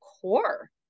core